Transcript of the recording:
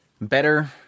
better